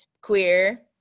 queer